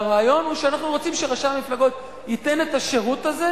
הרעיון הוא שאנחנו רוצים שרשם המפלגות ייתן את השירות הזה,